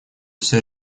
всё